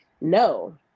no